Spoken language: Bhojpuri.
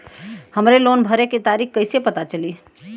हमरे लोन भरे के तारीख कईसे पता चली?